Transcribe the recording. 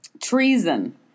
treason